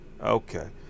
Okay